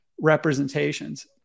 representations